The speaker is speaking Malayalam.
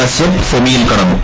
കശ്യപ് സെമിയിൽ കടന്നു